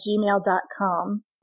gmail.com